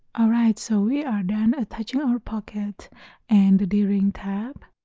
alright so we are done attaching our pocket and the d-ring tab